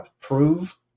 prove